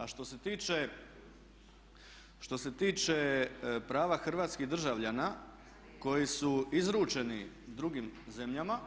A što se tiče prava hrvatskih državljana koji su izručeni drugim zemljama